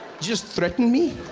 just threaten me?